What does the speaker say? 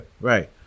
Right